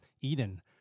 Eden